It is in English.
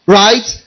right